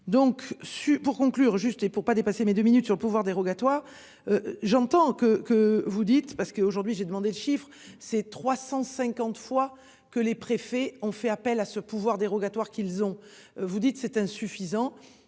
donc su pour conclure juste et pour pas dépasser mes deux minutes sur le pouvoir dérogatoire. J'entends que que vous dites parce qu'aujourd'hui j'ai demandé le chiffres c'est 350 fois que les préfets ont fait appel à ce pouvoir dérogatoire qu'ils ont. Vous dites, c'est insuffisant.